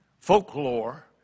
folklore